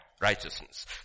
righteousness